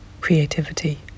creativity